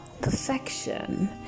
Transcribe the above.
perfection